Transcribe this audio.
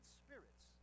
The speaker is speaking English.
spirits